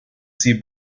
sie